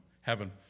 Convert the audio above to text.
heaven